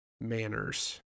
manners